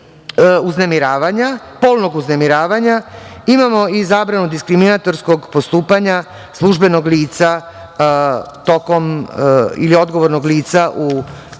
postupanja, polnog uznemiravanja. Imamo i zabranu diskriminitarskog postupanja službenog lica tokom, ili odgovornog lica